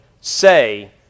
say